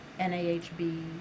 NAHB